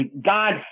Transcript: God